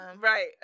Right